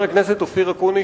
חבר הכנסת אופיר אקוניס,